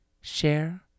share